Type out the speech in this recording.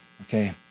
okay